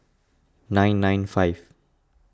nine nine five